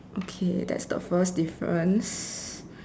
okay that's the first difference